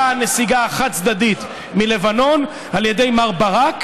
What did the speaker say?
הייתה הנסיגה החד-צדדית מלבנון על ידי מר ברק.